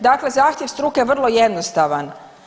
Dakle, zahtjev struke je vrlo jednostavan.